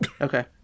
Okay